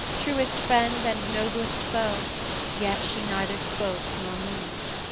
truest friend and noblest foe yet she neither spoke nor moved.